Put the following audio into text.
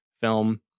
film